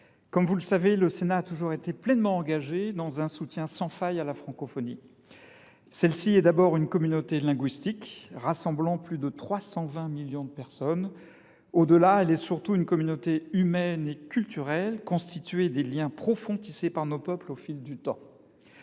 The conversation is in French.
Comme vous le savez, le Sénat a toujours apporté un soutien sans faille à la francophonie. Celle ci est d’abord une communauté linguistique, rassemblant plus de 320 millions de personnes. Au delà, elle est surtout une communauté humaine et culturelle, au sein de laquelle nos peuples ont tissé des liens profonds au fil du temps.